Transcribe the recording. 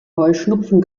heuschnupfen